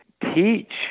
teach